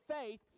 faith